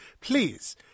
Please